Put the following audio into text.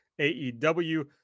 AEW